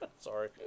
Sorry